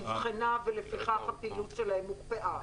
נבחנה ולפיכך הפעילות שלהן הוקפאה.